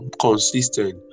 Consistent